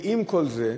ועם כל זה,